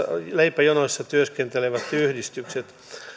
leipäjonoissa työskentelevät yhdistykset